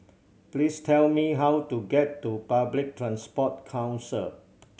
please tell me how to get to Public Transport Council